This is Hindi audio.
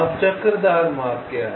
अब चक्करदार मार्ग क्या है